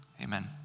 Amen